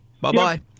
Bye-bye